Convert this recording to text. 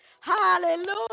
Hallelujah